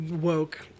woke